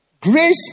Grace